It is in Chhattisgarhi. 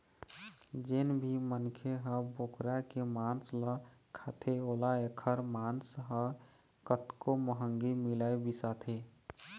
जेन भी मनखे ह बोकरा के मांस ल खाथे ओला एखर मांस ह कतको महंगी मिलय बिसाथे